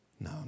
No